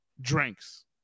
drinks